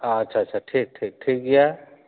ᱟᱪᱪᱷᱟ ᱟᱪᱪᱷᱟ ᱟᱪᱪᱷᱟ ᱴᱷᱤᱠ ᱴᱷᱤᱠ ᱴᱷᱤᱠ ᱜᱮᱭᱟ